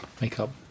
Makeup